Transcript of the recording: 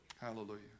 Hallelujah